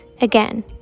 Again